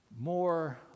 more